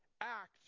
act